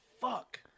fuck